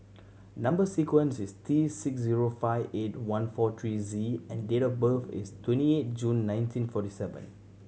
number sequence is T six zero five eight one four three Z and date of birth is twenty eight June nineteen forty seven